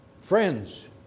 Friends